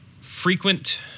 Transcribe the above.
frequent